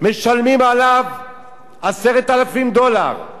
משלמים עליו 10,000 דולר.